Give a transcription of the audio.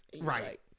right